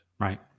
Right